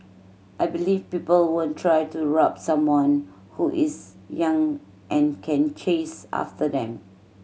I believe people won't try to rob someone who is young and can chase after them